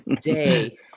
day